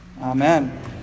Amen